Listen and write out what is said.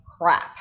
crap